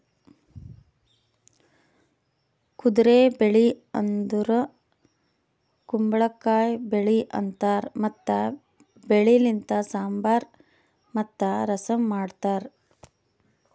ಕುದುರೆ ಬೆಳಿ ಅಂದುರ್ ಕುಂಬಳಕಾಯಿ ಬೆಳಿ ಅಂತಾರ್ ಮತ್ತ ಬೆಳಿ ಲಿಂತ್ ಸಾಂಬಾರ್ ಮತ್ತ ರಸಂ ಮಾಡ್ತಾರ್